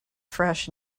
fresh